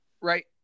Right